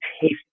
taste